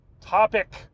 topic